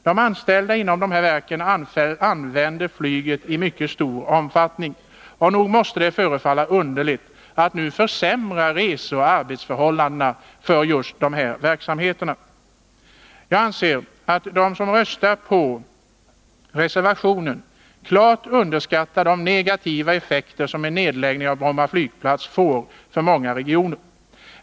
De anställda inom dessa verk använder flyget i mycket stor omfattning, och nog måste det förefalla underligt om man nu försämrar reseoch arbetsförhållandena för dessa verksamheter. Jag anser att de som röstar på reservationen klart underskattar de negativa effekter som en nedläggning av Bromma flygplats får för många regioner.